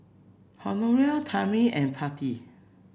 Honora Tammy and Patti